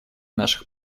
наших